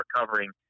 recovering